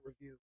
review